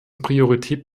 priorität